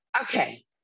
Okay